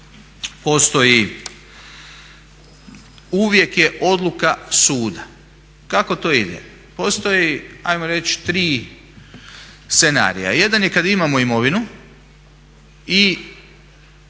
Uvijek je odluka suda. Kako to ide? Postoji ajmo reći tri scenarija. Jedan je kad imamo imovinu i